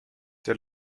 der